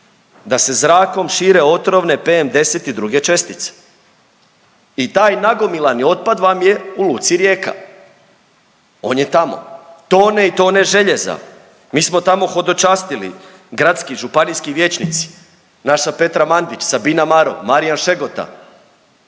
da se zrakom šire otrovne PM10 i druge čestice i taj nagomilani otpad vam je u luci Rijeka on je tamo u luci Rijeka, on je tamo, tone i tone željeza. Mi smo tamo hodočastili gradski, županijski vijećnici, naša Petra Mandić, Sabina Marol, Marija Šegota,